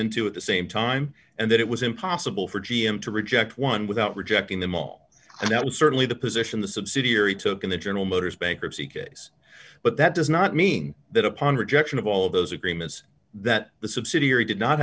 into at the same time and that it was impossible for g m to reject one without rejecting them all and that was certainly the position the subsidiary took in the general motors bankruptcy case but that does not mean that upon rejection of all those agreements that the subsidiary did not